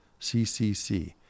CCC